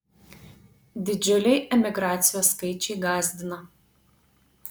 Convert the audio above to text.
didžiuliai emigracijos skaičiai gąsdina